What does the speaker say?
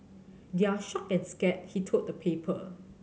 they're shocked and scared he told the paper